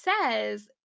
says